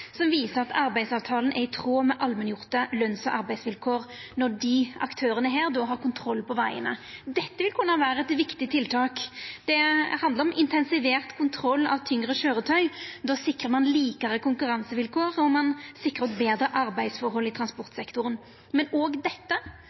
som viser at arbeidsavtalen deira er i tråd med allmenngjorde løns- og arbeidsvilkår, når dei aktørane har kontroll på vegane. Dette vil kunna vera eit viktig tiltak. Det handlar om intensivert kontroll av tyngre køyretøy. Då sikrar ein meir like konkurransevilkår, og ein sikrar betre arbeidsforhold i transportsektoren. Òg dette vil Høgre og